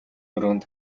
өрөөнд